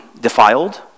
defiled